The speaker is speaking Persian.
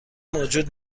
موجود